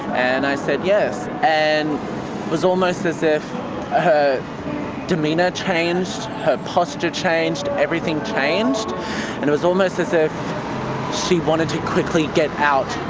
and i said yes. and it was almost as if her demeanour changed, her posture changed, everything changed, and it was almost as if she wanted to quickly get out